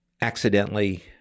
accidentally